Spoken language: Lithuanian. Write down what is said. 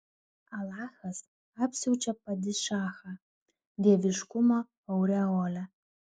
alachas apsiaučia padišachą dieviškumo aureole